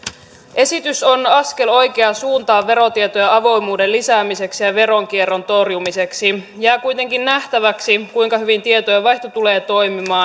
esitys on askel oikeaan suuntaan verotietojen avoimuuden lisäämiseksi ja ja veronkierron torjumiseksi jää kuitenkin nähtäväksi kuinka hyvin tietojenvaihto tulee toimimaan